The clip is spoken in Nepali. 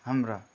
हाम्रा